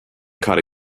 caught